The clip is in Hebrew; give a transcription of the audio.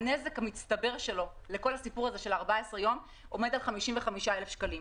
הנזק המצטבר שלו בשל הבידוד של 14 ימים עומד על 55,000 שקלים.